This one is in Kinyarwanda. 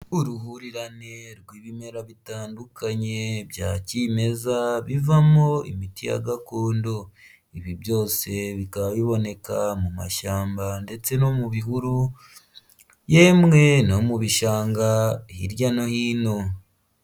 Uruhurirane rw'ibimera bitandukanye bya kimeza bivamo imiti ya gakondo ibi byose bikaba iboneka mu mashyamba ndetse no mu bihuru yemwe no mu bishanga hirya no hino.